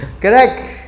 Correct